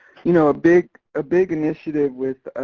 you know, a big ah big initiative with